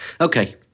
Okay